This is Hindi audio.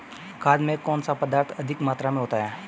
खाद में कौन सा पदार्थ अधिक मात्रा में होता है?